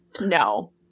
No